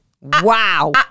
Wow